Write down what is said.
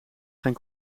geen